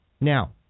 Now